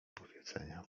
powiedzenia